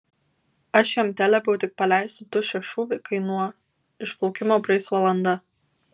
aš jam teliepiau tik paleisti tuščią šūvį kai nuo išplaukimo praeis valanda